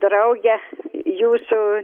draugę jūsų